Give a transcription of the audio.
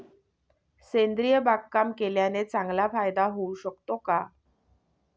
सेंद्रिय बागकाम केल्याने चांगला फायदा होऊ शकतो का?